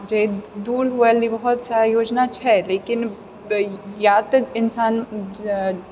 जे दूर हुएली बहुत सारा योजना छै लेकिन या तऽ इन्सान जँ